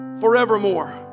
forevermore